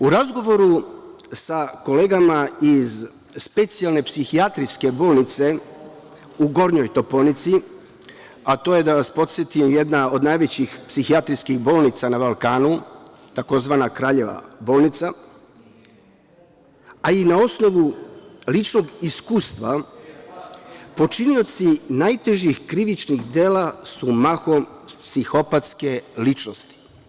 U razgovoru sa kolegama iz Specijalne psihijatrijske bolnice u Gornjoj Toponici, a to je da vas podsetim jedna od najvećih psihijatrijskih bolnica na Balkanu, tzv. „Kraljeva bolnica“, a i na osnovu ličnog iskustva, počinioci najtežih krivičnih dela su mahom psihopatske ličnosti.